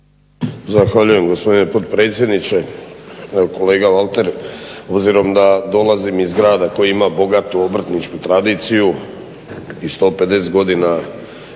Zahvaljujem gospodine potpredsjedniče. Evo kolega Valter, obzirom da dolazim iz grada koji ima bogatu obrtničku tradiciju i 150 godina